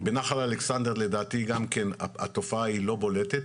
בנחל אלכסנדר לדעתי גם כן התופעה היא לא בולטת.